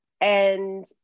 And-